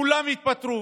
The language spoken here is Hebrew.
כולם יתפטרו.